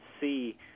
see